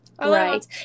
right